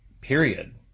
Period